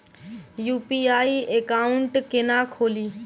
UPI account केना खोलि?